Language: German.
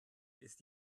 ist